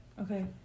Okay